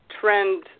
trend